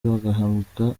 bagahabwa